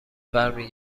برمی